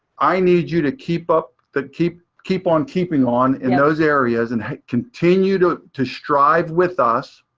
i need you to keep up the. keep keep on keeping on in those areas, and continue to to strive with us.